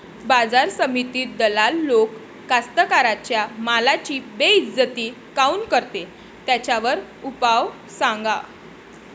बाजार समितीत दलाल लोक कास्ताकाराच्या मालाची बेइज्जती काऊन करते? त्याच्यावर उपाव सांगा